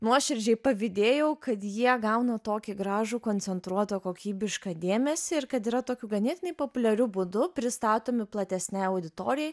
nuoširdžiai pavydėjau kad jie gauna tokį gražų koncentruotą kokybišką dėmesį ir kad yra tokiu ganėtinai populiariu būdu pristatomi platesnei auditorijai